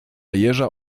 jeża